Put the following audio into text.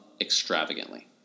extravagantly